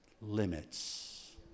limits